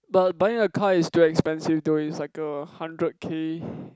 but buying a car is too expensive though it's like a hundred k